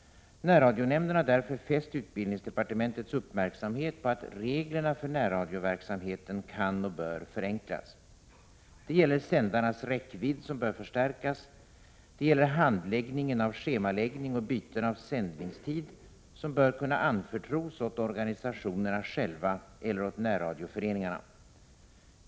Närradionämnden har därför fäst utbildningsdepartementets uppmärksamhet på att reglerna för närradioverksamheten kan och bör förenklas. Det gäller sändarnas räckvidd som bör förstärkas. Det gäller handläggningen av schemaläggning och byten av sändningstid, som bör kunna anförtros åt organisationerna själva eller åt närradioföreningarna.